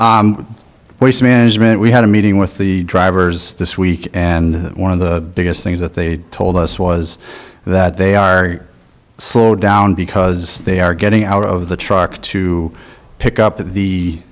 director waste management we had a meeting with the drivers this week and one of the biggest things that they told us was that they are slow down because they are getting out of the truck to pick up t